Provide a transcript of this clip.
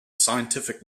scientific